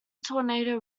tornado